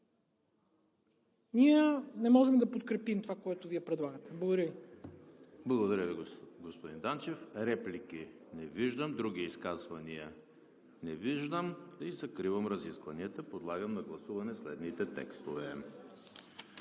Ние не можем да подкрепим това, което Вие предлагате. Благодаря Ви. ПРЕДСЕДАТЕЛ ЕМИЛ ХРИСТОВ: Благодаря, господин Данчев. Реплики? Не виждам. Други изказвания не виждам. Закривам разискванията. Подлагам на гласуване следните текстове: